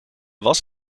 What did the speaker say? was